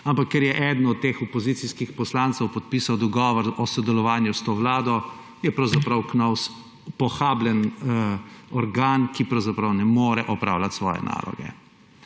ampak ker je eden od teh opozicijskih poslancev podpisal dogovor o sodelovanju s to vlado, je pravzaprav Knovs pohabljen organ, ki pravzaprav ne more opravljati svoje naloge.